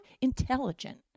intelligent